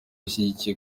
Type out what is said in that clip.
ashyigikiye